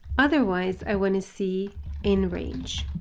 otherwise i want to see in range.